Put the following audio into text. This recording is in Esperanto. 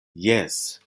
jes